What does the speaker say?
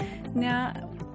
Now